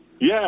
Yes